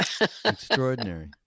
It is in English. Extraordinary